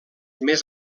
més